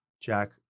Jack